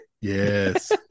Yes